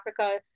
Africa